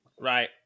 Right